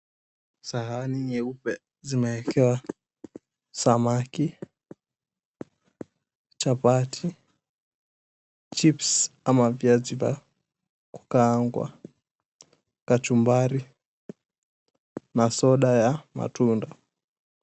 Sahani nyeupe zimeekewa samaki, chapati, chipsi ama viazi vya kukaangwa kachumbari na soda ya tunda.